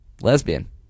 lesbian